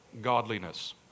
godliness